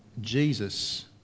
Jesus